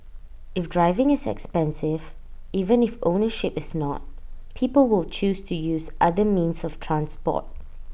if driving is expensive even if ownership is not people will choose to use other means of transport